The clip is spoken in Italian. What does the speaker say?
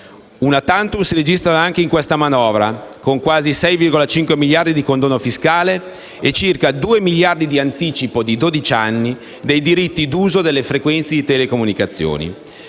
*Una tantum* si registrano anche in questa manovra, con quasi 6,5 miliardi di condono fiscale e circa 2 miliardi di anticipo - di dodici anni - dei diritti d'uso delle frequenze di telecomunicazione,